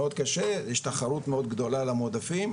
יש תחרות מאוד גדולה על המועדפים.